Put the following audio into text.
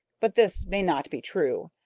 but this may not be true.